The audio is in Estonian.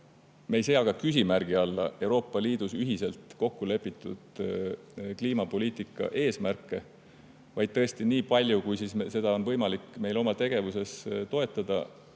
Me ei sea küsimärgi alla Euroopa Liidus ühiselt kokku lepitud kliimapoliitika eesmärke, vaid tõesti, niipalju kui seda on võimalik meil oma tegevuses toetada,